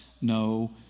no